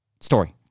story